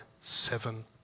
seven